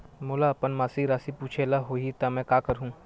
मोला अपन मासिक राशि पूछे ल होही त मैं का करहु?